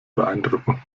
beeindrucken